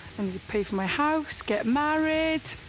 and to pay for my house, get married.